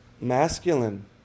masculine